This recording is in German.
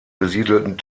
besiedelten